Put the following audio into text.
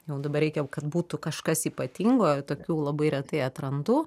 jau dabar reikia kad būtų kažkas ypatingo tokių labai retai atrandu